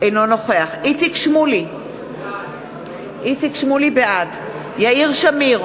אינו נוכח איציק שמולי, בעד יאיר שמיר,